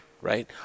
right